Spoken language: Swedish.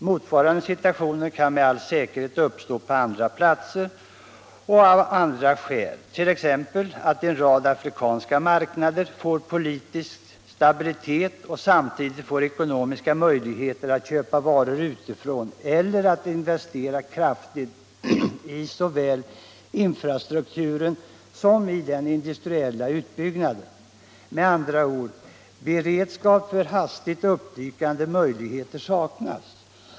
Motsvarande situationer kan med all säkerhet uppstå på andra platser och av andra skäl, t.ex. att en rad afrikanska marknader får politisk stabilitet och samtidigt ekonomiska möjligheter att köpa varor utifrån eller att investera kraftigt i såväl infrastrukturen som i den industriella utbyggnaden. Med andra ord, beredskap för hastigt uppdykande möjligheter saknas.